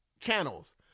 channels